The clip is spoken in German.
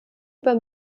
über